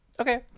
Okay